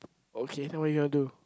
okay then what you gonna do